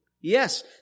Yes